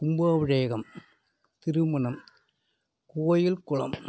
கும்பாபிஷேகம் திருமணம் கோவில் குளம்